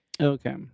Okay